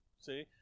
See